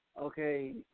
okay